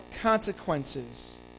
consequences